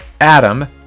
adam